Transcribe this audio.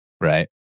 right